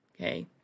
Okay